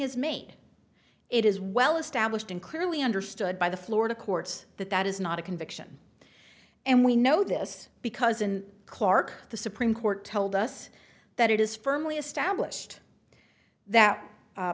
is made it is well established and clearly understood by the florida courts that that is not a conviction and we know this because in clark the supreme court told us that it is firmly established that